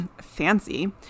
fancy